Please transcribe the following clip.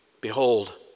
Behold